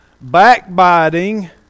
backbiting